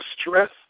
stress